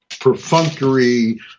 perfunctory